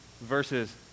versus